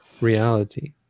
reality